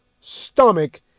stomach